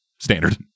standard